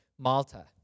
malta